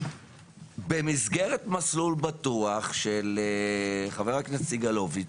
במסגרת ׳מסלול בטוח׳ של חברת הכנסת סגלוביץ,